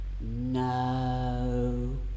No